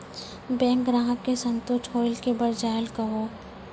Bank ग्राहक के संतुष्ट होयिल के बढ़ जायल कहो?